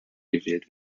gewählt